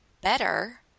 better